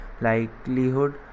likelihood